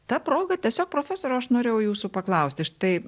ta proga tiesiog profesoriau aš norėjau jūsų paklausti štai